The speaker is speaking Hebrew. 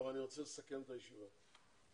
רוצה לסכם את הישיבה.